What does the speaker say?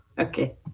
Okay